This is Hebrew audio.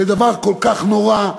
זה דבר כל כך נורא,